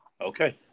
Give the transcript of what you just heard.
Okay